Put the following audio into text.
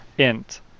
int